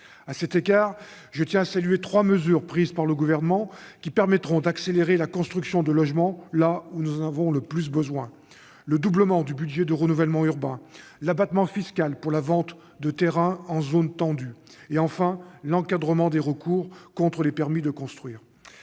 À cet égard, je tiens à saluer trois mesures qui ont été prises et permettront d'accélérer la construction de logements là où nous en avons le plus besoin : le doublement du budget de renouvellement urbain, l'abattement fiscal pour la vente de terrains en zone tendue et, enfin, l'encadrement des recours contre les permis de construire.